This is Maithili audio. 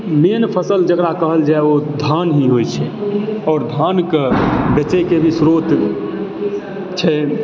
मेन फसल जकरा कहल जाए ओ धान ही होइ छै आओर धानके बेचैके भी स्रोत छै